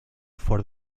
for